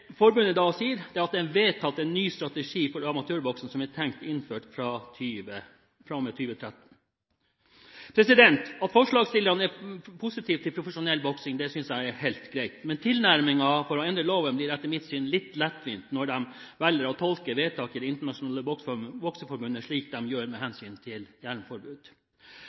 forbundet sier, er at det er vedtatt en ny strategi for amatørboksing som er tenkt innført fra og med 2013. At forslagsstillerne er positive til profesjonell boksing synes jeg er helt greit. Men tilnærmingen for å endre loven blir etter mitt syn litt lettvint når de velger å tolke vedtak i Det internasjonale bokseforbundet slik de gjør, med hensyn til